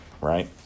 right